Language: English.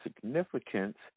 significance